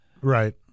Right